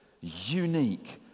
unique